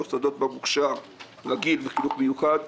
במוסדות במוכש"ר רגיל וחינוך מיוחד,